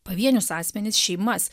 pavienius asmenis šeimas